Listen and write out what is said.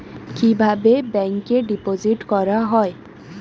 কিভাবে ব্যাংকে ডিপোজিট করা হয়?